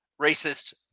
racist